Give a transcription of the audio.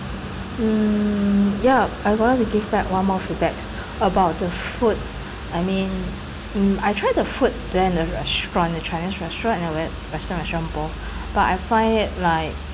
mm yup I got want to give one more feedbacks about the food I mean mm I try the food then at the restaurant the chinese restaurant and then I went western restaurant both but I find it like